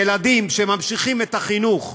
ילדים, שממשיכים את החינוך,